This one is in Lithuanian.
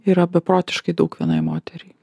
yra beprotiškai daug vienai moteriai